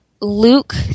luke